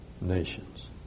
nations